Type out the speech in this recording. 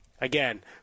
again